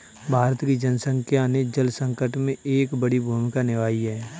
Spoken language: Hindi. भारत की जनसंख्या ने जल संकट में एक बड़ी भूमिका निभाई है